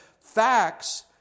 facts